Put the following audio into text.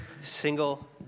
single